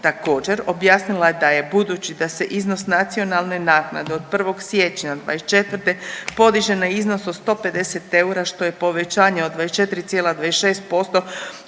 Također objasnila je da je budući da se iznos nacionalne naknade od 1. siječnja '24. podiže na iznos od 150 eura, što je povećanje od 24,26%